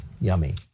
yummy